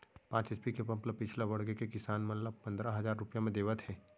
पांच एच.पी के पंप ल पिछड़ा वर्ग के किसान मन ल पंदरा हजार रूपिया म देवत हे